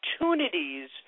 opportunities